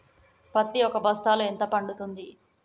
పత్తి ఒక బస్తాలో ఎంత పడ్తుంది?